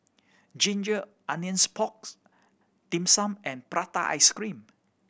ginger onions porks Dim Sum and prata ice cream